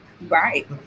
Right